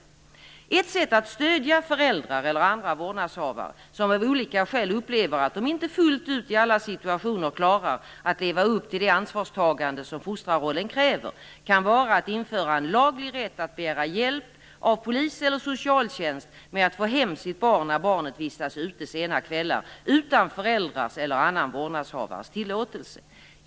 Det finns flera sätt att stödja föräldrar eller andra vårdnadshavare som av olika skäl upplever att de inte fullt ut i alla situationer klarar att leva upp till det ansvarstagande som fostrarrollen kräver. Ett sätt kan vara att införa laglig rätt att begära hjälp av polis eller socialtjänst med att få hem sitt barn när barnet vistas ute sena kvällar utan föräldrars eller annan vårdnadshavares tillåtelse.